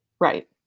Right